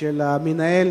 של מנהל